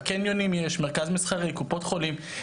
בקניונים יש, מרכז מסחרי, קופות חולים.